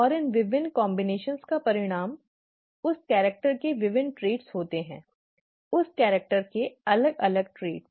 और इन विभिन्न संयोजनों का परिणाम उस कैरेक्टर के विभिन्न ट्रेट होते हैं उस कैरेक्टर के अलग अलग ट्रेट